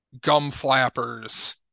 gum-flappers